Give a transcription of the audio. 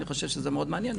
אני חושב שזה מאוד מעניין,